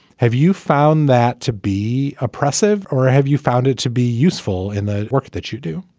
have you found that to be oppressive or have you found it to be useful in the work that you do?